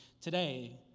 Today